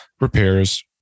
repairs